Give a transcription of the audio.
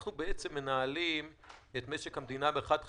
אנחנו בעצם מנהלים את משק המדינה על פי 1/12,